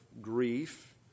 Grief